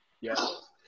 yes